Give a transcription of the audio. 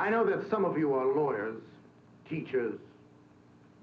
i know that some of you are lawyers teachers